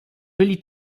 byli